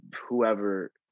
whoever